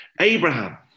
Abraham